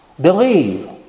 Believe